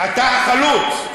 אתה החלוץ.